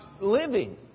living